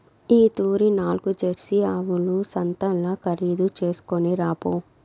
ఈ తూరి నాల్గు జెర్సీ ఆవుల సంతల్ల ఖరీదు చేస్కొని రాపో